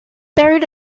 buried